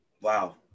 Wow